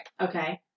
Okay